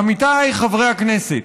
עמיתיי חברי הכנסת,